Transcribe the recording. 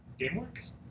GameWorks